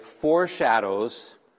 foreshadows